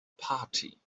party